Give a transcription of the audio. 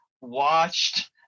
watched